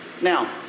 Now